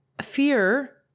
fear